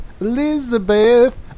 Elizabeth